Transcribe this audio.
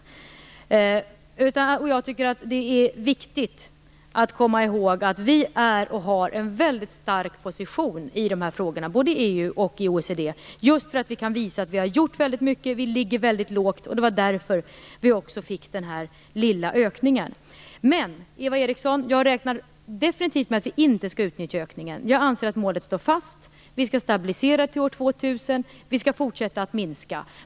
Jag tycker att det är viktigt att komma ihåg att vi har en mycket stark position både i EU och OECD i de här frågorna, just därför att vi kan visa att vi har gjort mycket och att vi ligger lågt. Det var också därför vi fick den här lilla ökningen. Men, Eva Eriksson, jag räknar definitivt med att vi inte skall utnyttja ökningen. Jag anser att målet står fast. Vi skall stabilisera till år 2000. Vi skall fortsätta att minska.